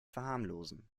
verharmlosen